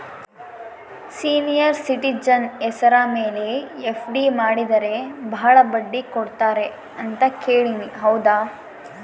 Senior citizen ಹೆಸರ ಮೇಲೆ FD ಮಾಡಿದರೆ ಬಹಳ ಬಡ್ಡಿ ಕೊಡ್ತಾರೆ ಅಂತಾ ಕೇಳಿನಿ ಹೌದಾ?